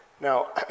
Now